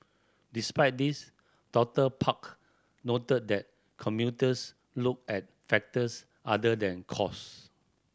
despite this Doctor Park noted that commuters look at factors other than cost